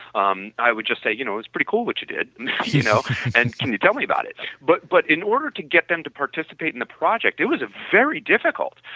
um i would just say you know it's pretty cool what you did you know and can you tell me about it but but in order to get them to participate in the project, it was very difficult.